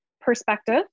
perspective